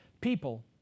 people